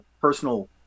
personal